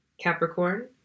Capricorn